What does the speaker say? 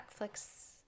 Netflix